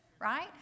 right